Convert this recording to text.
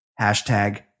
hashtag